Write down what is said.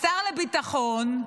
השר לביטחון,